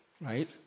right